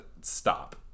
Stop